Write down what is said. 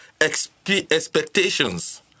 expectations